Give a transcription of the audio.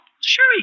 Sure